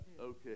Okay